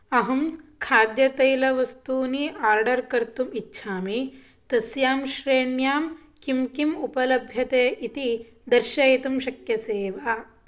अहं खाद्यतैलवस्तूनि आर्डर् कर्तुम् इच्छामि तस्यां श्रेण्यां किं किम् उपलभ्यते इति दर्शयितुं शक्यसे वा